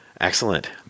Excellent